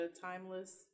Timeless